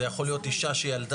זה יכול להיות אישה שילדה,